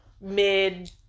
mid